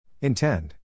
Intend